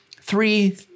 three